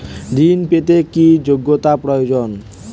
ঋণ পেতে কি যোগ্যতা প্রয়োজন?